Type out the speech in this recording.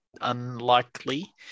unlikely